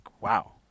wow